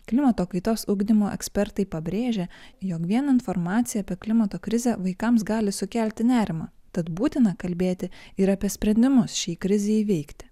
klimato kaitos ugdymo ekspertai pabrėžia jog vien informacija apie klimato krizę vaikams gali sukelti nerimą tad būtina kalbėti ir apie sprendimus šiai krizei įveikti